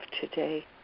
today